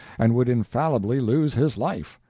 and would infallibly lose his life.